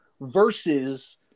versus